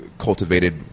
cultivated